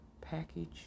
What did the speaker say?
package